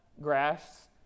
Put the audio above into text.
grass